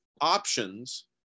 options